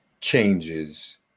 changes